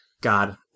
God